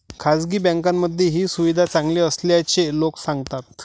खासगी बँकांमध्ये ही सुविधा चांगली असल्याचे लोक सांगतात